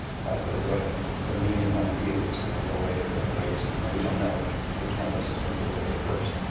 if i put a drug in me and one in you, it's going to go away at different rates and and we don't know which one of us is going to get rid of it first.